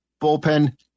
bullpen